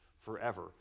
forever